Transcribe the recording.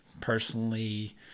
personally